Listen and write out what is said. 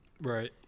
right